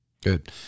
Good